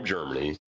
Germany